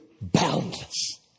boundless